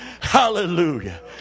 Hallelujah